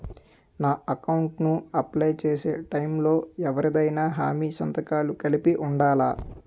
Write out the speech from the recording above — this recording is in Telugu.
నా అకౌంట్ ను అప్లై చేసి టైం లో ఎవరిదైనా హామీ సంతకాలు కలిపి ఉండలా?